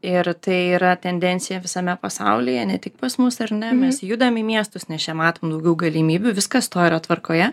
ir tai yra tendencija visame pasaulyje ne tik pas mus ar ne mes judam į miestus nes čia matom daugiau galimybių viskas su tuo yra tvarkoje